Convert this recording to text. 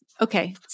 okay